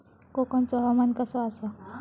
कोकनचो हवामान कसा आसा?